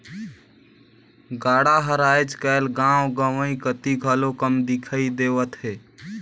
गाड़ा हर आएज काएल गाँव गंवई कती घलो कम दिखई देवत हे